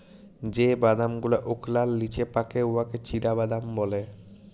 যে বাদাম গুলা ওকলার লিচে পাকে উয়াকে চিলাবাদাম ব্যলে